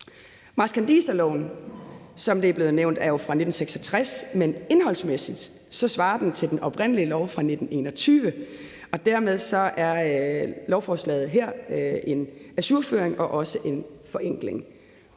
det er blevet nævnt, men indholdsmæssigt svarer den til den oprindelige lov fra 1921. Dermed er lovforslaget her en ajourføring og også en forenkling.